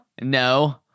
No